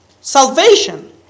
Salvation